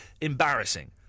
embarrassing